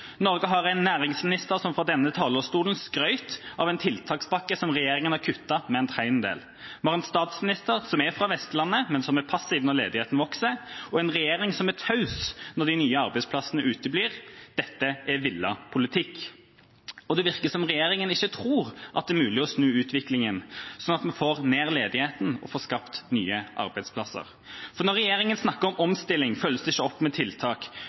Norge har en næringsminister som fra denne talerstolen skrøt av en tiltakspakke som regjeringa har kuttet med en tredjedel. Vi har en statsminister som er fra Vestlandet, men som er passiv når ledigheten vokser, og en regjering som er taus når de nye arbeidsplassene uteblir. Dette er villet politikk. Det virker som regjeringa ikke tror det er mulig å snu utviklinga sånn at vi får ned ledigheten og får skapt nye arbeidsplasser. For når regjeringa snakker om omstilling, følges det ikke opp med tiltak.